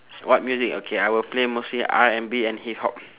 what music okay I will play mostly R&B and hip-hop